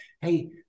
hey